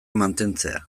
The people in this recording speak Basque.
mantentzea